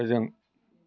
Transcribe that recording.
फोजों